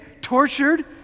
tortured